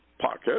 pocket